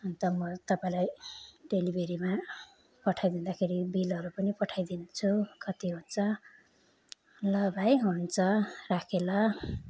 अन्त म तपाईँलाई डेलिभरीमा पठाइदिँदाखेरि बिलहरू पनि पठाइदिन्छु कति हुन्छ ल भाइ हुन्छ राखेँ ल